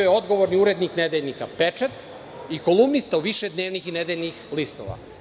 Bio je odgovorni urednik nedeljnika „Pečat“ i kolumnista u više dnevnih i nedeljnih listova.